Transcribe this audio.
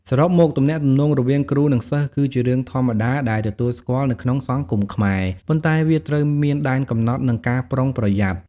សរុបមក ទំនាក់ទំនងរវាងគ្រូ និងសិស្សគឺជារឿងធម្មតាដែលទទួលស្គាល់នៅក្នុងសង្គមខ្មែរ ប៉ុន្តែវាត្រូវមានដែនកំណត់និងការប្រុងប្រយ័ត្ន។